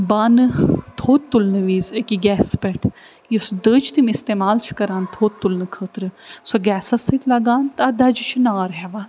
بانہٕ تھوٚد تُلنہٕ وِزِ أکہِ گیسَس پٮ۪ٹھ یۄس دٔج تِم اِستعمال چھِ کَران تھوٚد تُلنہٕ خٲطرٕ سۄ گیسَس سۭتۍ لگان تَتھ دَجہِ چھِ نار ہٮ۪وان